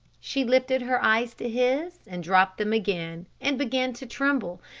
she lifted her eyes to his and dropped them again, and began to tremble,